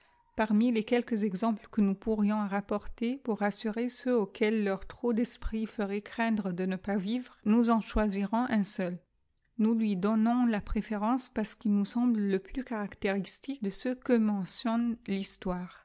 parmi les quelques exemples que nous pourrions rapporter pour rassurer ceux auxquels leur trop d'esprit ferait craindre de ne pas vivre nous en choisirons un seul nous lui don nous la préférence parce qu'il nous semble le plus caractéristique de ceux que mentionne l'histoire